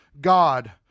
God